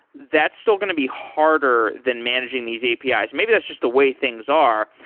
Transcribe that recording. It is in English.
that's still going to be harder than managing these apis. maybe that's just the way things are.